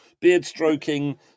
beard-stroking